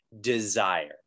desire